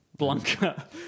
Blanca